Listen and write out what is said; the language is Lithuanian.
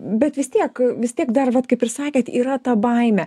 bet vis tiek vis tiek dar vat kaip ir sakėt yra ta baimė